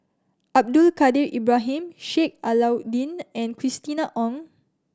Abdul Kadir Ibrahim Sheik Alau'ddin and Christina Ong